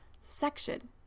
section